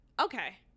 okay